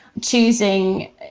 Choosing